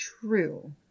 True